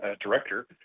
director